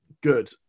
good